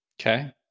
Okay